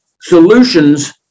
solutions